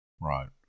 Right